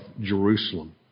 Jerusalem